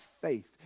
faith